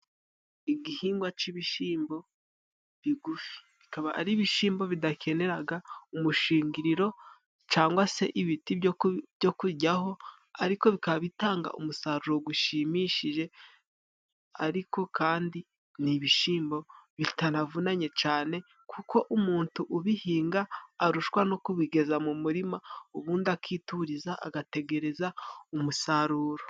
Igihingwa c'ibishimbo bigufi. Bikaba ari ibishimbo bidakeneraga umushingiriro cangwa se ibiti byo kujyaho ariko bikaba bitanga umusaruro gushimishije. Ariko kandi n'ibishimbo bitanavunanye cane kuko umutu ubihinga arushwa no kubigeza mu murima, ubundi akituriza agategereza umusaruro.